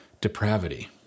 depravity